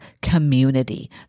community